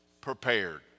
prepared